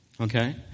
Okay